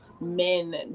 Men